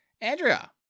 Andrea